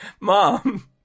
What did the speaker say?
mom